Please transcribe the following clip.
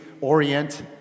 orient